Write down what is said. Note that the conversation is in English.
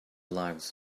lives